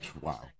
Wow